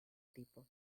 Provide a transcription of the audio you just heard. tipo